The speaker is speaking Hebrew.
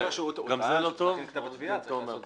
הוא טען שצריך להכין כתב תביעה.